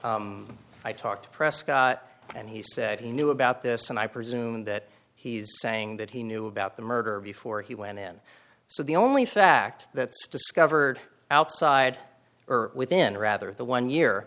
i talked to prescott and he said he knew about this and i presume that he's saying that he knew about the murder before he went in so the only fact that skiver outside within rather the one year